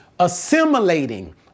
Assimilating